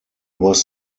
was